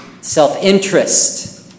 self-interest